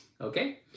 Okay